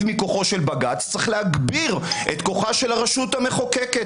מכוחו של בג"ץ יש להגביר את כוחה של הרשות המחוקקת.